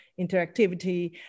interactivity